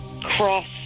cross